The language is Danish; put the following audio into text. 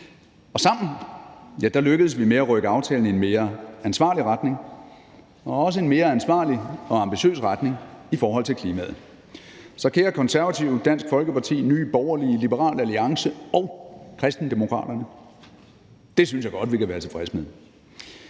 Sammen lykkedes vi med at rykke aftalen i en mere ansvarlig retning og også en mere ansvarlig og ambitiøs retning i forhold til klimaet. Så kære Konservative, Dansk Folkeparti, Nye Borgerlige, Liberal Alliance og Kristendemokraterne: Det synes jeg godt vi kan være tilfredse med.